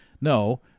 No